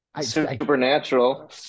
Supernatural